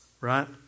Right